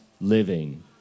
living